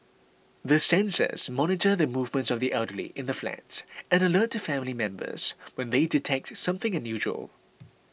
the sensors monitor the movements of the elderly in the flats and alert family members when they detect something unusual